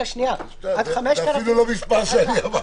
זה אפילו לא מספר שאני אמרתי.